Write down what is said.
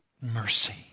mercy